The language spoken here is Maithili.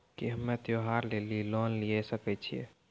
की हम्मय त्योहार लेली लोन लिये सकय छियै?